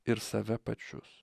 ir save pačius